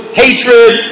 hatred